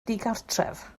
digartref